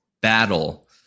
battle